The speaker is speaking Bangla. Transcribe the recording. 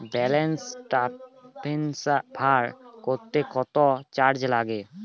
ব্যালেন্স ট্রান্সফার করতে কত চার্জ লাগে?